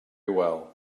well